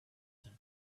said